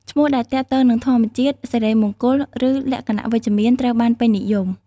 ឈ្មោះដែលទាក់ទងនឹងធម្មជាតិ សិរីមង្គល ឬលក្ខណៈវិជ្ជមាន ត្រូវបានពេញនិយម។